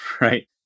right